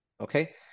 Okay